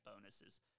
bonuses